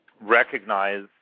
recognize